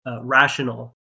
rational